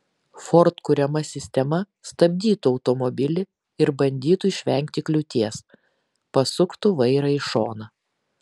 ford kuriama sistema stabdytų automobilį ir bandytų išvengti kliūties pasuktų vairą į šoną